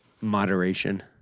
moderation